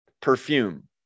perfume